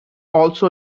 also